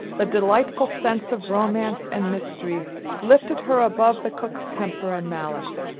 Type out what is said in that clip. the delightful sense of romance and mystery lifted her above the cook's temper and malice.